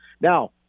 Now